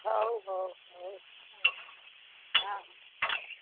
ହଉ ହଉ ହଉ ହଁ